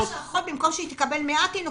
הסברתי לך שהתוצאה שבמקום שאחות תקבל 100 תינוקות,